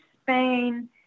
Spain